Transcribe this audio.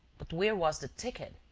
but where was the ticket?